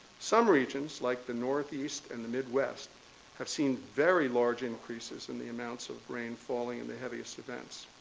some regions, like the northeast and the midwest have seen very large increases in the amounts of rain falling in the heaviest events.